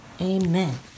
Amen